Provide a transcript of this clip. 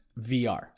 VR